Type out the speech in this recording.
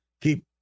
keep